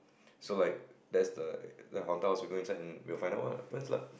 so like that's the the haunted house we go in and we will find out what happens lah